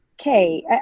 okay